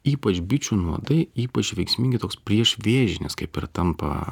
ypač bičių nuodai ypač veiksmingi toks prieš vėžinis kaip ir tampa